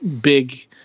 big